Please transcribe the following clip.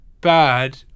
bad